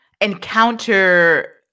encounter